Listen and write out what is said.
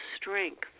strength